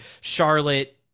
Charlotte